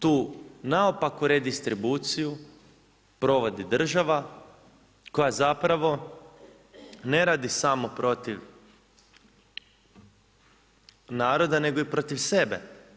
Tu naopaku redistribuciju provodi država koja zapravo ne radi samo protiv naroda nego i protiv sebe.